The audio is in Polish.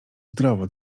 zdrowo